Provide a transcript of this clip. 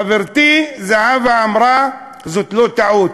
חברתי זהבה אמרה: זאת לא טעות.